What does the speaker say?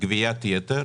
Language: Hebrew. גביית יתר